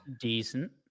Decent